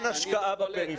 אין השקעה בפריפריה.